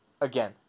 again